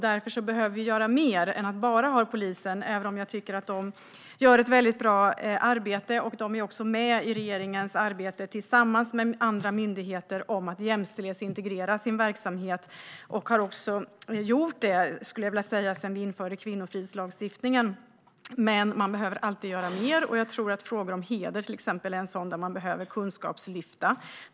Därför behöver man göra mer än att bara öka antalet poliser, även om jag tycker att de gör ett väldigt bra arbete tillsammans med andra myndigheter för att jämställdhetsintegrera sin verksamhet, vilket man också har gjort sedan kvinnofridslagstiftningen infördes. Men man behöver alltid göra mer. Heder är till exempel en fråga där det behövs ett kunskapslyft.